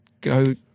go